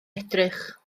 edrych